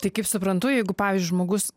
tai kaip suprantu jeigu pavyzdžiui žmogus